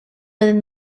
within